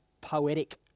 poetic